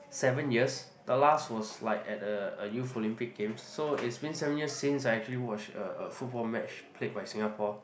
seven years the last was like at a a Youth Olympic Games so it's been seven years since I actually watched a a football match played by Singapore